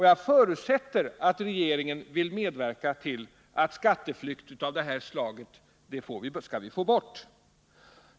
Jag förutsätter att regeringen vill medverka till att skatteflykt av det här slaget förhindras.